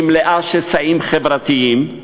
היא מלאה שסעים חברתיים,